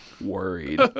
worried